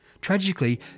Tragically